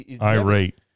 irate